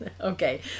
Okay